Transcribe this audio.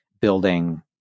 building